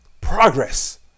progress